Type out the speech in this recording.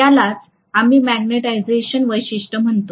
यालाच आम्ही मॅग्निटायझेशन वैशिष्ट्ये म्हणतो